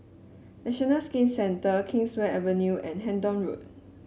National Skin Centre Kingswear Avenue and Hendon Road